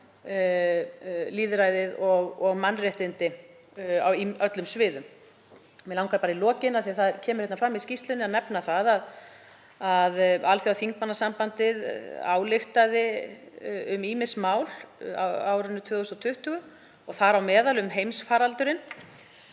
lýðræðið og mannréttindi á öllum sviðum. Mig langar í lokin, af því að það kemur fram í skýrslunni, að nefna að Alþjóðaþingmannasambandið ályktaði um ýmis mál á árinu 2020, þar á meðal um heimsfaraldurinn.